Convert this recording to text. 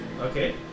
Okay